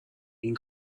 این